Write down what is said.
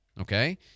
Okay